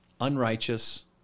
unrighteous